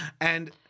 And-